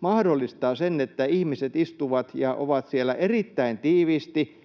mahdollistaa sen, että ihmiset istuvat ja ovat siellä erittäin tiiviisti